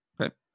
Okay